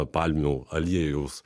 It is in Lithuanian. palmių aliejaus